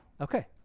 Okay